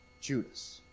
Judas